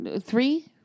three